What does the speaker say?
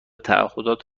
تعهدات